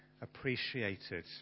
appreciated